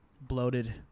Bloated